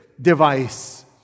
device